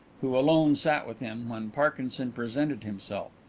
who alone sat with him, when parkinson presented himself.